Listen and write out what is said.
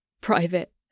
Private